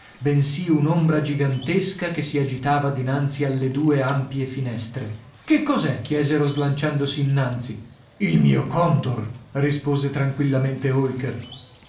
bensì un'ombra gigantesca che si agitava dinanzi alle due ampie finestre che cos'è chiesero slanciandosi innanzi il mio condor rispose tranquillamente holker